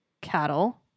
Cattle